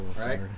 right